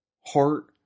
heart